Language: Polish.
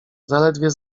zaledwie